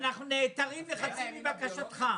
אנחנו נעתרים לחצי מבקשתך.